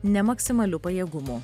ne maksimaliu pajėgumu